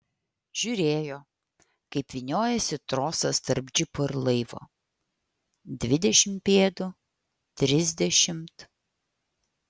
žiūrėjo kaip vyniojasi trosas tarp džipo ir laivo dvidešimt pėdų trisdešimt